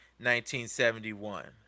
1971